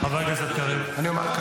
ברצח ביישובים הערביים,